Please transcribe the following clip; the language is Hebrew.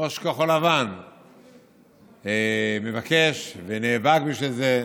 ראש כחול לבן, מבקש, ונאבק בשביל זה.